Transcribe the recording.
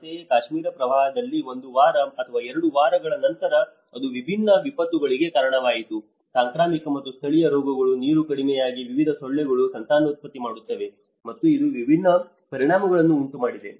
ಅಂತೆಯೇ ಕಾಶ್ಮೀರ ಪ್ರವಾಹದಲ್ಲಿ ಒಂದು ವಾರ ಅಥವಾ ಎರಡು ವಾರಗಳ ನಂತರ ಅದು ವಿಭಿನ್ನ ವಿಪತ್ತುಗಳಿಗೆ ಕಾರಣವಾಯಿತು ಸಾಂಕ್ರಾಮಿಕ ಮತ್ತು ಸ್ಥಳೀಯ ರೋಗಗಳು ನೀರು ಕಡಿಮೆಯಾಗಿ ವಿವಿಧ ಸೊಳ್ಳೆಗಳು ಸಂತಾನೋತ್ಪತ್ತಿ ಮಾಡುತ್ತವೆ ಮತ್ತು ಇದು ವಿಭಿನ್ನ ಪರಿಣಾಮಗಳನ್ನು ಉಂಟುಮಾಡಿದೆ